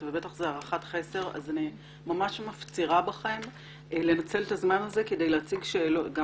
ואני בקצרה אתאר את ההרגשה שנמצאת גם בציבור וגם